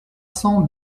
cents